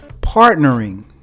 partnering